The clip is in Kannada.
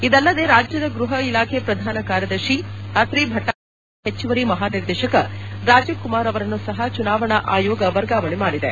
ಇದಲ್ಲದೆ ರಾಜ್ಯದ ಗ್ವಹ ಇಲಾಖೆ ಪ್ರಧಾನ ಕಾರ್ಯದರ್ಶಿ ಅತ್ರಿ ಭಟ್ಡಾಚಾರ್ಯ ಮತ್ತು ಸಿಐದಿ ಹೆಚ್ಚುವರಿ ಮಹಾನಿರ್ದೇಶಕ ರಾಜೀವ್ ಕುಮಾರ್ ಅವರನ್ನು ಸಹ ಚುನಾವಣಾ ಆಯೋಗ ವರ್ಗಾವಣೆ ಮಾಡಿದೆ